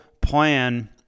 plan